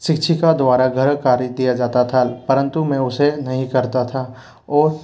शिक्षिका द्वारा गृह कार्य दिया जाता था परंतु मैं उसे नहीं करता था ओ